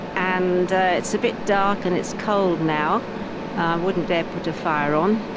and it's a bit dark and it's cold now. i wouldn't dare put a fire on.